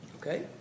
okay